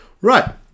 Right